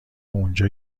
اونجا